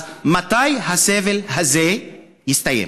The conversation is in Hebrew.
אז מתי הסבל הזה יסתיים?